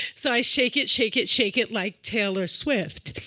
so i shake it, shake it, shake it, like taylor swift.